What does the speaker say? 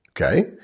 Okay